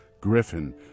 Griffin